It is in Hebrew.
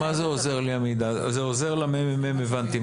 זה עוזר לממ"מ, הבנתי.